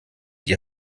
die